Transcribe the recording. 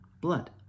Blood